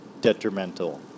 detrimental